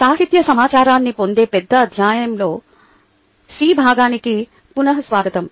సాహిత్య సమాచారాన్ని పొందే పెద్ద అధ్యాయంలో సి భాగానికి పునఃస్వాగతం